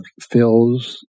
fills